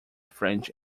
french